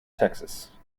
texas